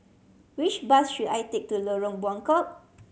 which bus should I take to Lorong Buangkok